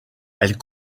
elle